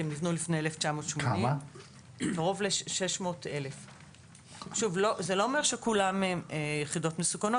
שנבנו לפני 1980. זה לא אומר שכולן יחידות מסוכנות